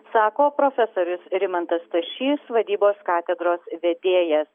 sako profesorius rimantas stašys vadybos katedros vedėjas